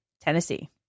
Tennessee